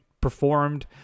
performed